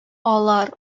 алар